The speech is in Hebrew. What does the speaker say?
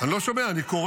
אני לא שומע, אני קורא,